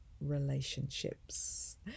relationships